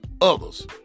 others